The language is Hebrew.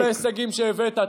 כל ההישגים שהבאת.